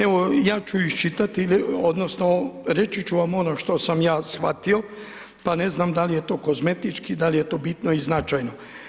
Evo, ja ću iščitati, odnosno, reći ću ono što sam ja shvatio, pa ne znam, da li je to kozmetički, da li je to bitno i značajno.